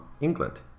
England